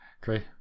Great